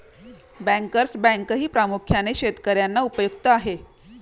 bankers बँकही प्रामुख्याने शेतकर्यांना उपयुक्त आहे